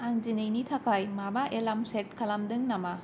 आं दिनैनि थाखाय माबा एलार्म सेट खालामदों नामा